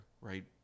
right